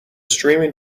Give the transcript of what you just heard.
streaming